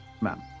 ma'am